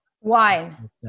Wine